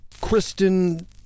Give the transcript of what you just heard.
Kristen